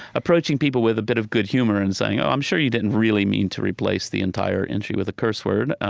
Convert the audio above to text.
approaching people with a bit of good humor and saying, oh, i'm sure you didn't really mean to replace the entire entry with a curse word.